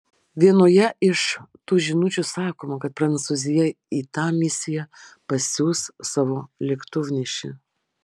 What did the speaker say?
vienoje iš tų žinučių sakoma kad prancūzija į tą misiją pasiųs savo lėktuvnešį